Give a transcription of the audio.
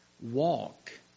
walk